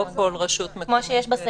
לא כל רשות מקומית.